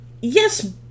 yes